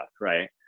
right